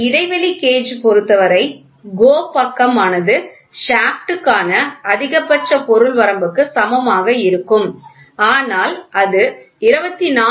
ஒரு இடைவெளி கேஜ் பொறுத்தவரை GO பக்கமானது ஷாப்ட் க்கான அதிகபட்ச பொருள் வரம்புக்கு சமமாக இருக்கும் ஆனால் அது 24